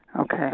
Okay